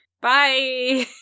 Bye